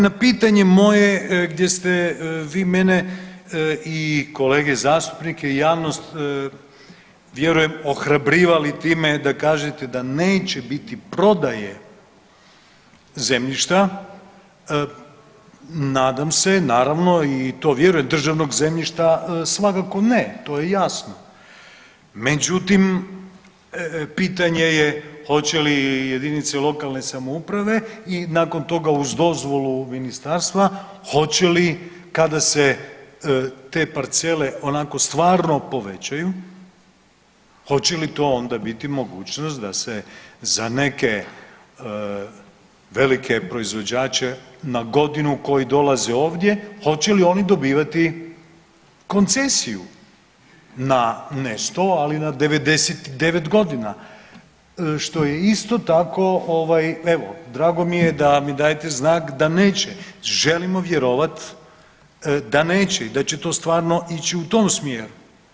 Na pitanje moje gdje ste vi mene i kolege zastupnike i javnost vjerujem ohrabrivali time da kažete da neće biti prodaje zemljišta, nadam se naravno i to vjerujem državnog zemljišta svakako ne to je jasno, međutim pitanje je hoće li JLS i nakon toga uz dozvolu ministarstva hoće li kada se te parcele onako stvarno povećaju hoće li to onda biti mogućnost da se za neke velike proizvođače na godinu koji dolaze ovdje hoće li oni dobivati koncesiju na nešto ali na 99 godina što je isto tako ovaj evo drago mi je da mi dajete znak da neće, želimo vjerovat da neće i da će to stvarno ići u tom smjeru.